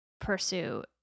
pursue